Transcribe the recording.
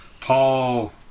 Paul